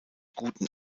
guten